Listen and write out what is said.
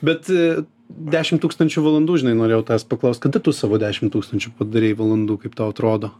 bet dešim tūkstančių valandų žinai norėjau tavęs paklaust kada tu savo dešim tūkstančių padarei valandų kaip tau atrodo